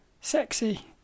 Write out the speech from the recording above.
sexy